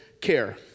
care